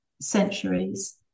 centuries